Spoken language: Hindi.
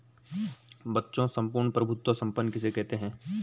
बच्चों सम्पूर्ण प्रभुत्व संपन्न किसे कहते हैं?